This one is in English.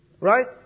Right